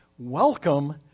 Welcome